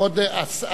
לא,